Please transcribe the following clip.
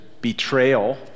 betrayal